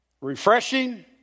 refreshing